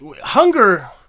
Hunger